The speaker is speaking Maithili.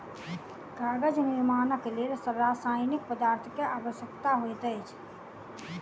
कागज निर्माणक लेल रासायनिक पदार्थ के आवश्यकता होइत अछि